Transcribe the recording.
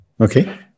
Okay